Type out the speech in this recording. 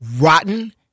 rotten